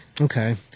Okay